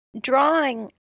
drawing